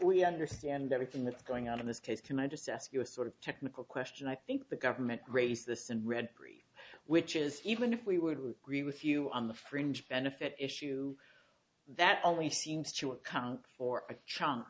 we understand everything that's going on in this case can i just ask you a sort of technical question i think the government raised this and read pre which is even if we would would agree with you on the fringe benefit issue that only seems to account for a chunk